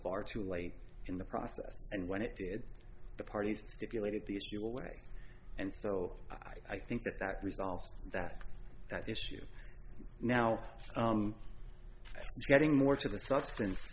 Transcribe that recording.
far too late in the process and when it did the parties stipulated the su away and so i think that that resolved that that issue now getting more to the substance